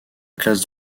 classe